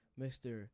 Mr